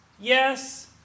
yes